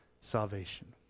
salvation